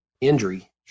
injury